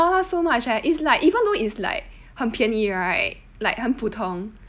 I love 麻辣 so much eh is like even though it's like 很便宜 right 很普通 but